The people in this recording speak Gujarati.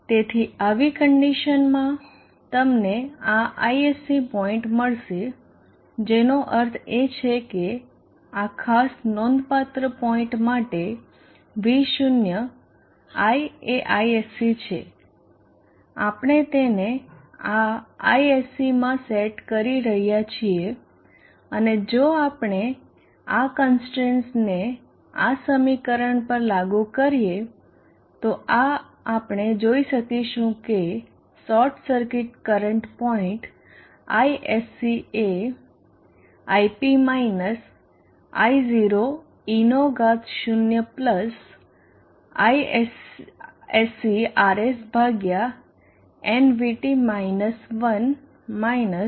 તેથી આવી કન્ડીશનમાં તમને આ Isc પોઇન્ટ મળશે જેનો અર્થ એ છે કે આ ખાસ નોંધપાત્ર પોઇન્ટ માટે V 0 I એ Isc છે આપણે તેને આ Isc માં સેટ કરી રહ્યા છીએ અને જો આપણે આ કન્સ્ટ્રેન્ટસને આ સમીકરણ પર લાગુ કરીએ તો આ આપણે જોઈ શકીશું કે short circuit current point Isc એ i p minus I0 e નો ઘાત શુન્ય પ્લસ Isc Rs ભાગ્યા nVT માયનસ 1 માયનસ